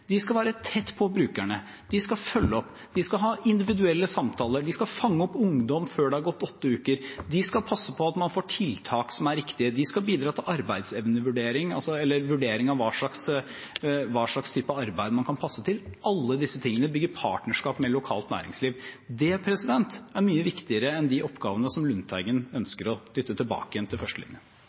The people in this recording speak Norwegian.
De skal være tett på brukerne. De skal følge opp. De skal ha individuelle samtaler. De skal fange opp ungdom før det har gått åtte uker. De skal passe på at man får tiltak som er riktige. De skal bidra til vurdering av hva slags type arbeid man kan passe til. Alle disse tingene bygger partnerskap med lokalt næringsliv. Det er mye viktigere enn de oppgavene som Lundteigen ønsker å dytte tilbake igjen til